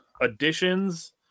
additions